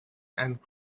and